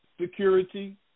security